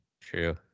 True